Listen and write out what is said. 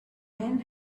men